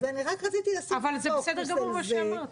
אבל זה בסדר גמור מה שאמרת.